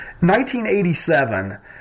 1987